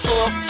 up